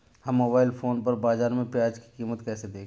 हम mobile phone पर बाज़ार में प्याज़ की कीमत कैसे देखें?